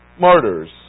martyrs